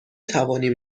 توانیم